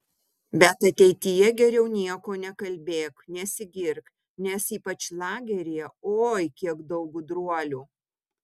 bet ateityje geriau nieko nekalbėk nesigirk nes ypač lageryje oi kiek daug gudruolių